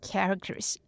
Characters